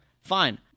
fine